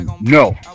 no